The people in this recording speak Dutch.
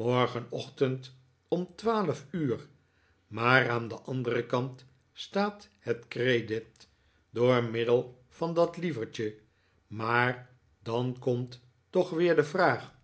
morgenochtend om twaalf uur maar aan den anderen kant staat het credit door middel van dat lieverdje maar dan komt toch weer de vraag